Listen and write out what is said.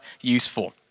useful